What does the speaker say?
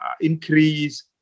increase